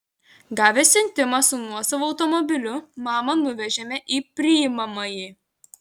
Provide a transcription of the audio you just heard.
gavę siuntimą su nuosavu automobiliu mamą nuvežėme į priimamąjį